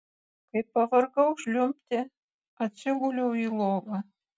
kai pavargau žliumbti atsiguliau į lovą